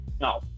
No